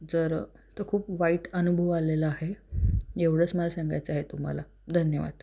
जर तर खूप वाईट अनुभव आलेला आहे एवढंच मला सांगायचं आहे तुम्हाला धन्यवाद